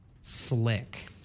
slick